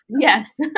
Yes